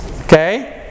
Okay